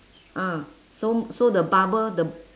ah so so the bubble the